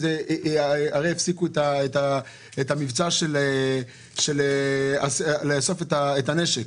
הרי הפסיקו את המבצע של איסוף הנשק.